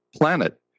planet